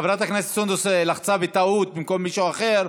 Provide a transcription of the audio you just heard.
חברת הכנסת סונדוס לחצה בטעות במקום מישהו אחר,